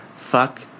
Fuck